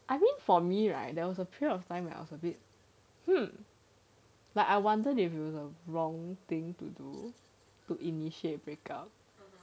I mean for me right there was a period of time when I was a bit but I wondered if it's the wrong thing to initiate the breakup